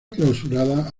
clausurada